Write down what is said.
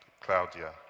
Claudia